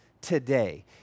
today